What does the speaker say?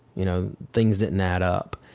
you know? things didn't add up.